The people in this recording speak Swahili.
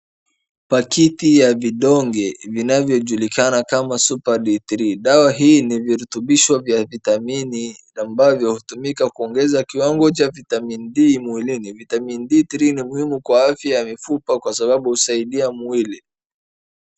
Pakiti ya vidonge vinavyojulikana kama superD3 , dawa hii ni virutubisho vya vitamini ambavyo hutumika kuongeza kiwango cha vitamin D mwilini. Vitamin D3 ni muhimu kwa afya ya mifupa kwa sababu huusaidia mwili.